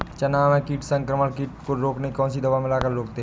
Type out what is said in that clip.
चना के फसल में कीट संक्रमण को कौन सी दवा मिला कर रोकते हैं?